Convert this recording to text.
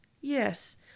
Yes